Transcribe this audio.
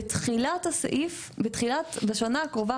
בשנה הקרובה,